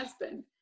husband